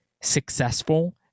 successful